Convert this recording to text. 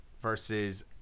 versus